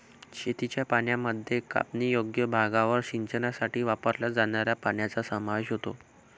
शेतीच्या पाण्यामध्ये कापणीयोग्य भागावर सिंचनासाठी वापरल्या जाणाऱ्या पाण्याचा समावेश होतो